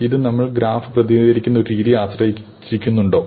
ഇത് നമ്മൾ ഗ്രാഫ് പ്രതിനിധീകരിക്കുന്ന രീതിയെ ആശ്രയിച്ചിരിക്കുന്നുണ്ടോ